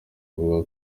avuga